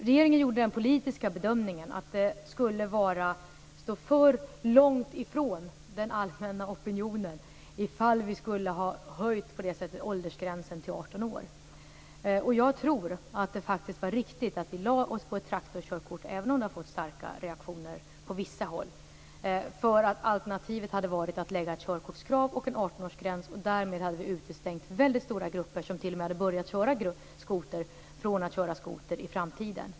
Regeringen gjorde den politiska bedömningen att det skulle stå för långt ifrån den allmänna opinionen om vi på det sättet skulle ha höjt åldersgränsen till 18 år. Jag tror faktiskt att det var riktigt att gå in för ett traktorkörkort, även om det på vissa håll föranlett starka reaktioner. Alternativet hade varit att sätta upp ett körkortskrav och en 18-årsgräns. Därmed hade vi utestängt väldigt stora grupper, t.o.m. sådana som hade börjat köra skoter, från att i framtiden köra skoter.